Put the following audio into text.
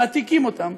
מעתיקים אותם,